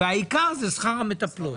והעיקר זה שכר המטפלות.